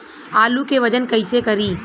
आलू के वजन कैसे करी?